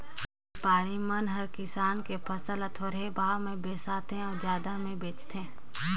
बेपारी मन हर किसान के फसल ल थोरहें भाव मे बिसाथें अउ जादा मे बेचथें